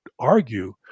Argue